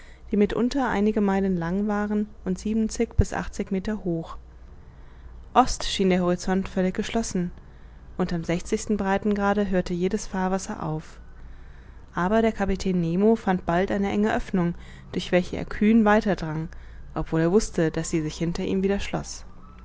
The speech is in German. die mitunter einige meilen lang waren und siebenzig bis achtzig meter hoch ost schien der horizont völlig geschlossen unter'm sechzigsten breitengrade hörte jedes fahrwasser auf aber der kapitän nemo fand bald eine enge oeffnung durch welche er kühn weiter drang obwohl er wußte daß sie sich hinter ihm wieder schloß